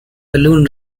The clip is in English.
balloon